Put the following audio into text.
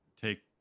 take